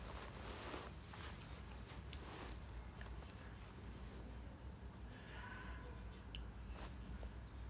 well